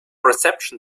reception